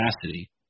capacity